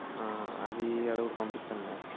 అదీ అది ఒకటి పంపించండి